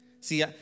See